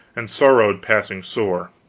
and sorrowed passing sore.